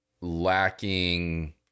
lacking